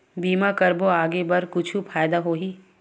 बीमा करबो आगे बर कुछु फ़ायदा होही?